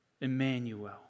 Emmanuel